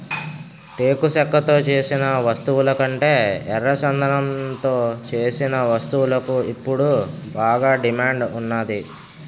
టేకు చెక్కతో సేసిన వస్తువులకంటే ఎర్రచందనంతో సేసిన వస్తువులకు ఇప్పుడు బాగా డిమాండ్ ఉన్నాది